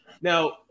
Now